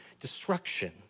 destruction